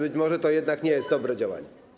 Być może to jednak nie jest dobre działanie.